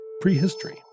prehistory